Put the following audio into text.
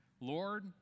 Lord